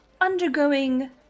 undergoing